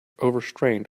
overstrained